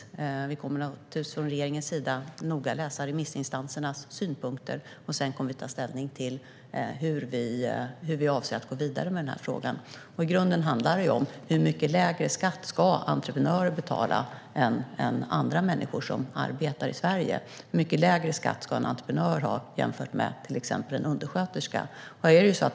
Regeringen kommer naturligtvis att noga läsa remissinstansernas synpunkter, och sedan kommer vi att ta ställning till hur vi avser att gå vidare med frågan. I grunden handlar det om hur mycket lägre skatt entreprenörer ska betala än andra människor som arbetar i Sverige. Hur mycket lägre skatt ska en entreprenör ha jämfört med exempelvis en undersköterska?